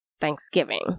Thanksgiving